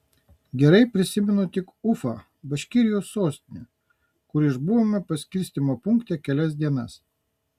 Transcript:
gerai prisimenu tik ufą baškirijos sostinę kur išbuvome paskirstymo punkte kelias dienas